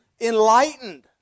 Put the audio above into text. enlightened